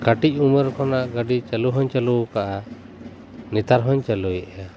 ᱠᱟᱹᱴᱤᱡ ᱩᱢᱮᱨ ᱠᱷᱚᱱᱟᱜ ᱜᱟᱹᱰᱤ ᱪᱟᱹᱞᱩ ᱦᱚᱧ ᱪᱟᱹᱞᱩᱣᱟᱠᱟᱫᱟ ᱱᱮᱛᱟᱨ ᱦᱚᱧ ᱪᱟᱹᱞᱩᱭᱮᱫᱟ